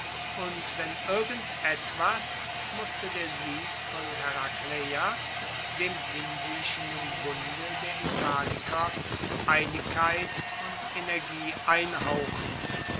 und wenn irgend etwas musste der sieg von herakleia dem hinsiechenden bunde der italiker einigkeit und energie einhauchen